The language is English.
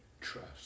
trust